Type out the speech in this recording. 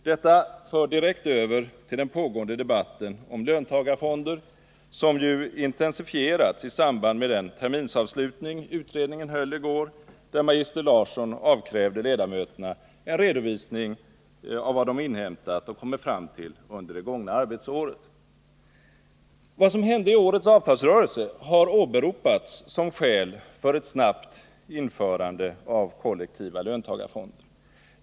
Detta för direkt över till den pågående debatten om löntagarfonder, som ju intensifierats i samband med den terminsavslutning utredningen höll i går, där magister Larsson avkrävde ledamöterna en redovisning av vad de inhämtat och kommit fram till under det gångna arbetsåret. Vad som hände i årets avtalsrörelse har åberopats som skäl för ett snabbt införande av kollektiva löntagarfonder.